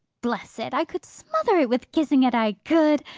bless it, i could smother it with kissing it, i could!